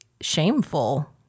shameful